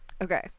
Okay